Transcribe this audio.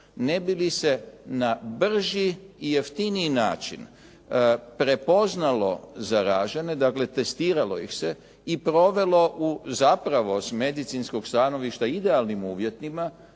ne bi li se na brži i jeftiniji način prepoznalo zaražene, dakle testiralo ih se i provelo u, zapravo s medicinskog stanovišta, idealnim uvjetima